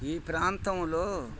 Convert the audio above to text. ఈ ప్రాంతంలో